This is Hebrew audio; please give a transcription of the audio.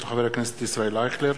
של חבר הכנסת ישראל אייכלר,